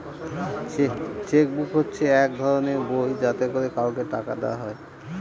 check book হচ্ছে এক ধরনের বই যাতে করে কাউকে টাকা দেওয়া হয়